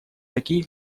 такие